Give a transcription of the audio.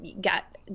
got